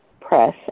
press